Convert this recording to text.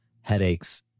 headaches